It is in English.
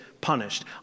punished